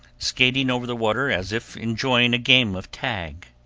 skating over the water as if enjoying a game of tag.